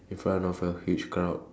in front of a huge crowd